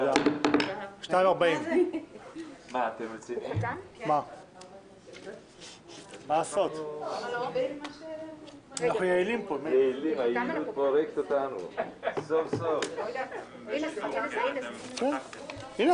הישיבה ננעלה בשעה 14:44.